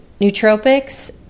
nootropics